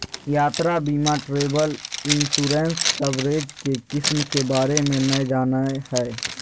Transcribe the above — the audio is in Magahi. यात्रा बीमा ट्रैवल इंश्योरेंस कवरेज के किस्म के बारे में नय जानय हइ